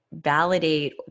validate